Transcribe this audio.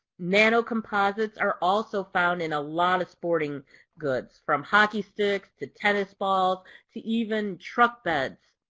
nanocomposites are also found in a lot of sporting goods. from hockey sticks to tennis balls to even truck beds.